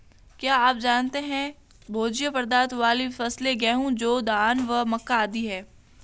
क्या आप जानते है भोज्य पदार्थ वाली फसलें गेहूँ, जौ, धान व मक्का आदि है?